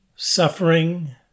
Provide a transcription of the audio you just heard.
suffering